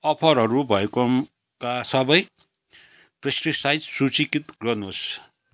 अफरहरू भएको का सबै पेस्ट्रिसाइज सूचीकृत गर्नुहोस्